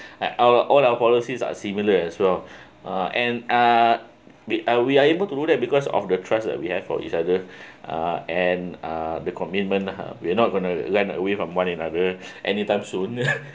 i our all our policies are similar as well uh and uh we we are able to do that because of the trust we have for each other uh and uh the commitment lah we're not gonna run away from one another anytime soon